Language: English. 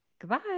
goodbye